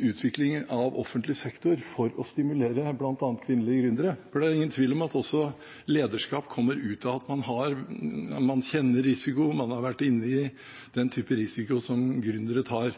utviklingen av offentlig sektor for å stimulere bl.a. kvinnelige gründere, for det er ingen tvil om at også lederskap kommer ut av at man kjenner risikoen, man har vært inne i den type risiko som gründere tar.